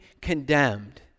condemned